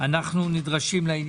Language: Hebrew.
אנו נדרשים לעניין